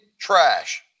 trash